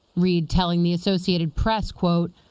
reid telling the associated press, quote,